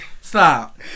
stop